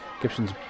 Gibson's